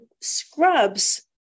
scrubs